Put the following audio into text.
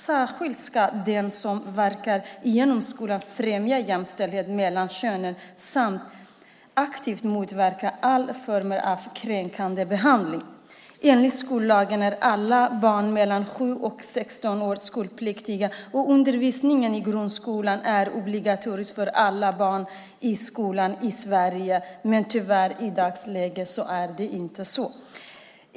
De som verkar inom skolan ska särskilt främja jämställdhet mellan könen samt att aktivt motverka alla former av kränkande behandling. Enligt skollagen är alla barn mellan 7 och 16 år skolpliktiga. Undervisningen i grundskolan är obligatorisk för alla barn i Sverige, men tyvärr gäller inte det i dagsläget.